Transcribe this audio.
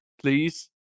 Please